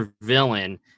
villain